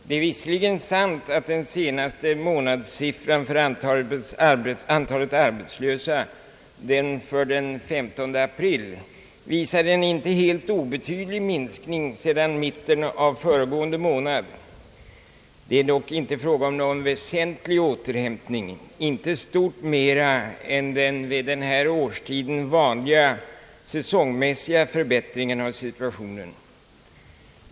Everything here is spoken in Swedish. Det är visserligen sant att den senaste månadssiffran för antalet arbetslösa — den för den 15 april — visar en inte helt obetydlig minskning sedan mitten av föregående månad, men det är inte fråga om någon väsentlig återhämtning. Det är inte stort mer än den vid den här årstiden vanliga säsongmässiga förbättringen av situationen.